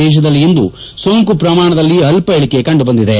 ದೇಶದಲ್ಲಿ ಇಂದು ಸೋಂಕು ಪ್ರಮಾಣದಲ್ಲಿ ಸ್ನಲ್ಪ ಇಳಿಕೆ ಕಂಡುಬಂದಿದೆ